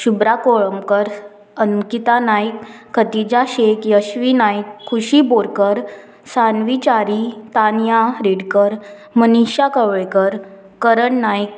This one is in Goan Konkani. शुभ्रा कोळमकर अनकिता नायक खतिजा शेख यश्वी नायक खुशी बोरकर सानवी चारी तानिया रेडकर मनीशा कवळेकर करण नायक